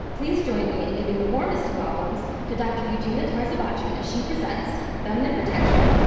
please join me in giving the warmest of welcomes to dr. eugenia tarzibachi as she presented feminine protection,